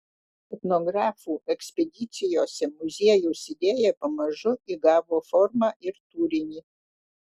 etnografų ekspedicijose muziejaus idėja pamažu įgavo formą ir turinį